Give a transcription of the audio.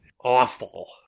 awful